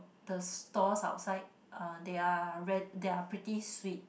the stores outside uh they are red they are pretty sweet